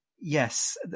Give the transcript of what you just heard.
yes